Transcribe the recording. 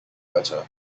better